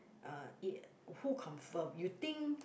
uh it who confirm you think